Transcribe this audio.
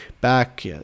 back